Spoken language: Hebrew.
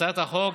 הצעת החוק,